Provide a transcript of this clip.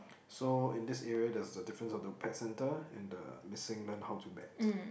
so in this area there is a difference of the pet centre and the missing learn how to bet